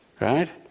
right